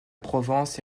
provence